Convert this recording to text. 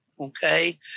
okay